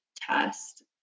test